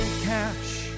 cash